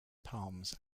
palms